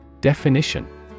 Definition